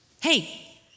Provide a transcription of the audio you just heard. Hey